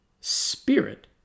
spirit